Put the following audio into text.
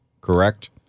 correct